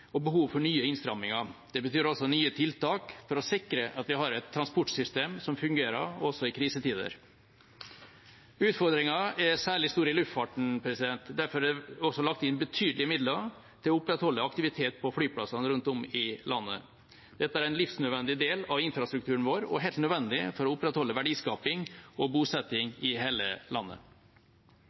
og behov for nye innstramminger. Det betyr også nye tiltak for å sikre at vi har et transportsystem som fungerer også i krisetider. Utfordringen er særlig stor i luftfarten. Derfor er det også lagt inn betydelige midler for å opprettholde aktivitet på flyplassene rundt omkring i landet. Dette er en livsnødvendig del av infrastrukturen vår og helt nødvendig for å opprettholde verdiskaping og bosetting i hele landet.